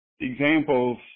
examples